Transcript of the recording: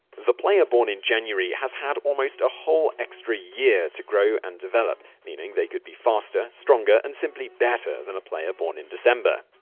the player born in january has had almost a whole extra year to grow and develop, meaning they could be faster, stronger and simply better than a player born in december.